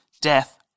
death